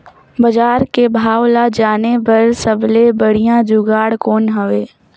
बजार के भाव ला जाने बार सबले बढ़िया जुगाड़ कौन हवय?